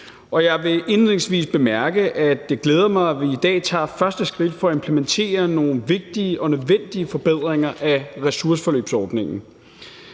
jeg vil indledningsvis bemærke, at det glæder mig, at vi i dag tager første skridt for at implementere nogle vigtige og nødvendige forbedringer af ressourceforløbsordningen.